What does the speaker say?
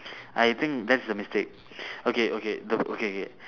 I think that's the mistake okay okay the okay okay